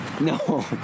No